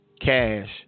cash